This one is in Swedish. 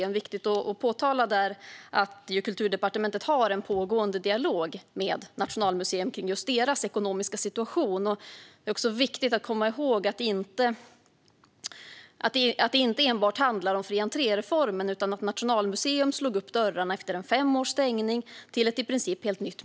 Det är viktigt att påpeka att Kulturdepartementet har en pågående dialog med museet om dess ekonomiska situation. Det är också viktigt att komma ihåg att det inte enbart handlar om fri-entré-reformen. Nationalmuseum slog upp dörrarna till ett i princip helt nytt museum efter fem års stängning.